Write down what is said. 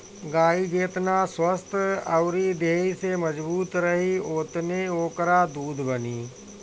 गाई जेतना स्वस्थ्य अउरी देहि से मजबूत रही ओतने ओकरा दूध बनी